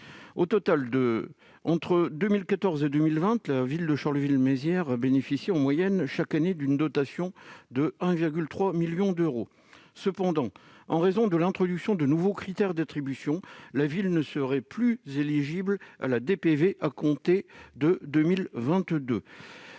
Au total, entre 2014 et 2020, la ville de Charleville-Mézières a bénéficié, en moyenne, d'une dotation annuelle de 1,3 million d'euros. Néanmoins, en raison de l'introduction de nouveaux critères d'attribution, la ville ne sera plus éligible à la DPV à compter de 2022.